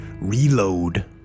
reload